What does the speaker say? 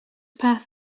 path